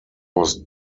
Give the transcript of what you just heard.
was